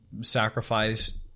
sacrificed